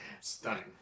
Stunning